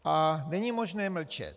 A není možné mlčet.